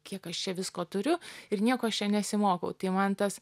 kiek aš čia visko turiu ir nieko aš čia nesimokau tai man tas